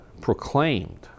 proclaimed